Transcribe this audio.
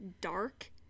dark